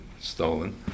stolen